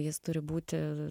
jis turi būti